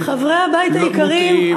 חברי הבית היקרים,